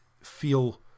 feel